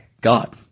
God